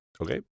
okay